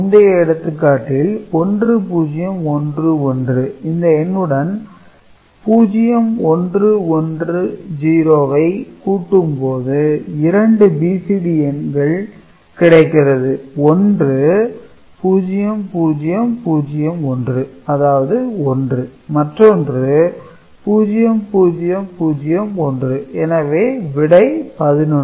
முந்தைய எடுத்துக்காட்டில் விடை 1011 இந்த எண்ணுடன் 0110 கூட்டும் போது இரண்டு BCD எண்கள் கிடைகிறது ஒன்று 0001 அதாவது 1 மற்றொன்று 0001 எனவே விடை 11